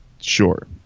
sure